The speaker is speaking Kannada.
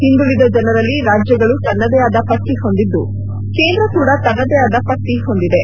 ಹಿಂದುಳಿದ ಜನರಲ್ಲಿ ರಾಜ್ಗಳು ತನ್ನದೇ ಆದ ಪಟ್ಟಹೊಂದಿದ್ಲು ಕೇಂದ್ರ ಕೂಡಾ ತನ್ನದೇ ಆದ ಪಟ್ಟಿ ಹೊಂದಿದೆ